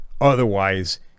Otherwise